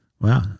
Wow